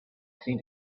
seen